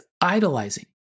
idolizing